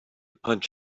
punch